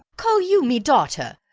call you me daughter?